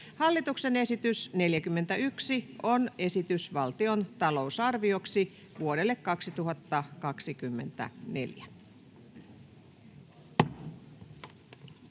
Hallituksen esitys eduskunnalle valtion talousarvioksi vuodelle 2024